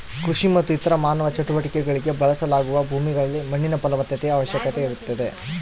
ಕೃಷಿ ಮತ್ತು ಇತರ ಮಾನವ ಚಟುವಟಿಕೆಗುಳ್ಗೆ ಬಳಸಲಾಗುವ ಭೂಮಿಗಳಲ್ಲಿ ಮಣ್ಣಿನ ಫಲವತ್ತತೆಯ ಅವಶ್ಯಕತೆ ಇರುತ್ತದೆ